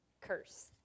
Curse